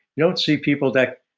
you don't see people that.